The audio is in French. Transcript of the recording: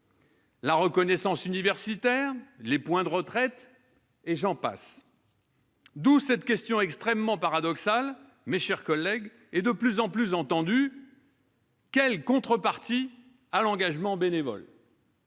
la reconnaissance universitaire, des points de retraite, et j'en passe. D'où cette question extrêmement paradoxale, mes chers collègues, et de plus en plus souvent entendue : quelle contrepartie à l'engagement bénévole ?